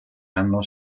hanno